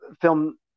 film